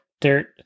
dirt